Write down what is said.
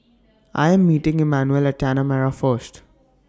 I Am meeting Emanuel At Tanah Merah First